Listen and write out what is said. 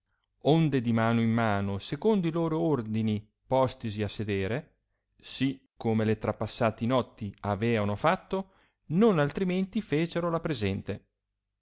onde di mano in mano secondo i loro ordini postisi a sedere sì come le trapassate notti aveano fatto non altrimenti fecero la presente